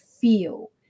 feel